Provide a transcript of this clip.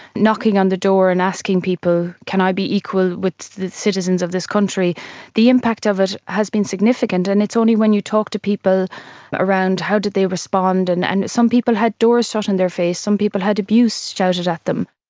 knocking on the door and asking people, can i be equal with the citizens of this country the impact of it has been significant. and it's only when you talk to people around how did they respond, and and some people had doors shut in their face, some people had abuse shouted at them.